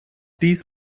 dies